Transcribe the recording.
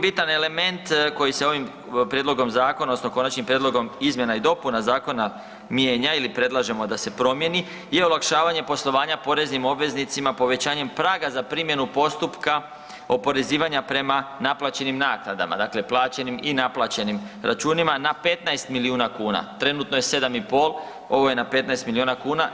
bitan element koji se ovim konačnim prijedlogom izmjena i dopuna Zakona mijenja ili predlažemo da se promijeni je olakšavanje poslovanja poreznim obveznicima povećanjem praga za primjenu postupka oporezivanja prema naplaćenim naknadama, dakle plaćenim i naplaćenim računima na 15 milijuna kuna, trenutno je 7,5 ovo je na 15 milijuna kuna.